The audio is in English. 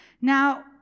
Now